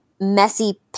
messy